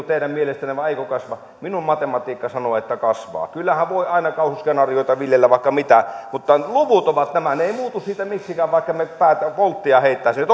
teidän mielestänne vai eikö kasva minun matematiikka sanoo että kasvaa kyllähän voi aina kauhu skenaarioita viljellä ja vaikka mitä mutta luvut ovat nämä ne eivät muutu siitä miksikään vaikka me volttia heittäisimme